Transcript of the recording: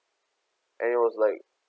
and it was like